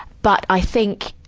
but, i think,